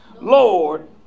Lord